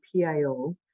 PIO